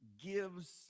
gives